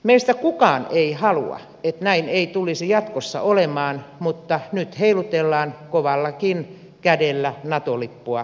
meistä kukaan ei halua että näin ei tulisi jatkossa olemaan mutta nyt heilutellaan kovallakin kädellä nato lippua jossain